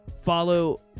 Follow